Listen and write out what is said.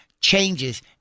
changes